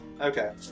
Okay